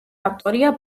ავტორია